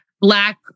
Black